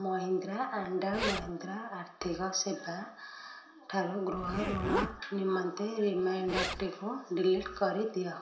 Mahindra and Mahindra ଆର୍ଥିକ ସେବା ଠାରୁ ଗୃହ ଋଣ ନିମନ୍ତେ ରିମାଇଣ୍ଡର୍ଟିକୁ ଡିଲିଟ୍ କରିଦିଅ